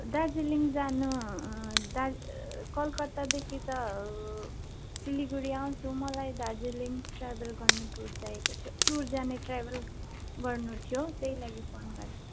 दार्जिलिङ जान डार कलकत्तादेखि त सिलगढी आउँछु मलाई दार्जिलिङ ट्राभल गर्ने टुर चाहिएको थियो टुर जाने ट्राभल गर्नु थियो त्यही लागि फोन गरेको